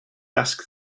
asked